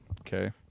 Okay